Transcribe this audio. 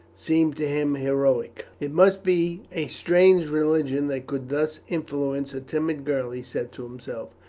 seemed to him heroic. it must be a strange religion that could thus influence a timid girl, he said to himself.